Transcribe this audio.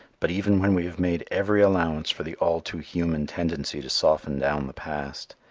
but even when we have made every allowance for the all too human tendency to soften down the past,